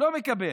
לא מקבל.